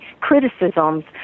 criticisms